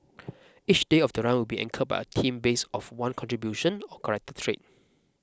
each day of the run will be anchored by a theme base of one contribution or character trait